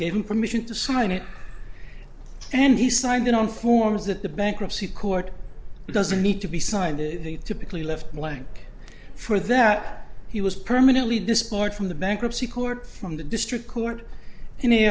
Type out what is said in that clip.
gave him permission to sign it and he signed it on forms that the bankruptcy court doesn't need to be signed and they typically left blank for that he was permanently disbarred from the bankruptcy court from the district court and they